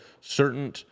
certain